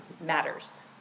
matters